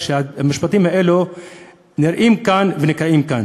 שהמשפטים האלה נראים כאן ונקראים כאן.